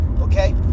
okay